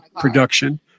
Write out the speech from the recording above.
production